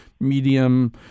medium